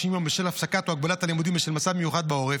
יום בשל הפסקת או הגבלת הלימודים בשל מצב מיוחד בעורף,